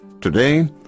Today